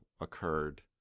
occurred